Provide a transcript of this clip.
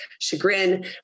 chagrin